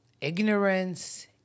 ignorance